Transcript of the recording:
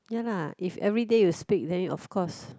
ya lah if everyday you speak then you of course